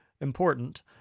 important